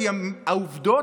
כי העובדות,